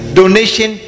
donation